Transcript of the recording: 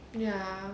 ya